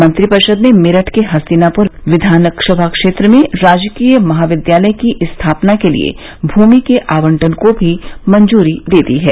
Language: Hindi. मंत्रिपरिषद ने मेरठ के हस्तिनापुर विधान सभा क्षेत्र में राजकीय महाविद्यालय की स्थापना के लिए भूमि के आवंटन को भी मंजूरी दे दी है